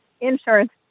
insurance